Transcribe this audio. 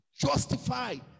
justified